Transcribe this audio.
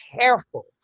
careful